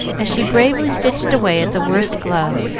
as she bravely stitched away at the worst glove,